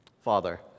Father